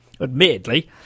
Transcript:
Admittedly